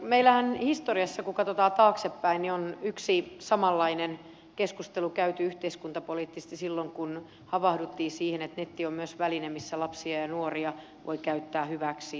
meillähän historiassa kun katsotaan taaksepäin on yksi samanlainen keskustelu käyty yhteiskuntapoliittisesti silloin kun havahduttiin siihen että netti on myös väline missä lapsia ja nuoria voi käyttää hyväksi